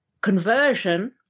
conversion